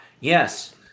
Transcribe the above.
yes